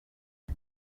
det